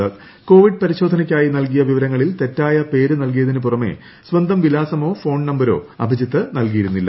പ്രകോവിഡ് പരിശോധനയ്ക്കായി നൽകിയ വിവരങ്ങളിൽ തെറ്റായ പേര് നൽകിയതിനു പുറമേ സ്വന്തം വിലാസമോ ഫോൺ നമ്പരോ അഭിജിത്ത് നൽകിയിരുന്നില്ല